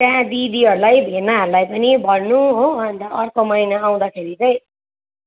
त्यहाँ दिदीहरूलाई भेनाहरूलाई पनि भन्नु हो अन्त अर्को महिना आउँदाखेरि चाहिँ